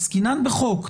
עסקינן בחוק.